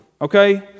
Okay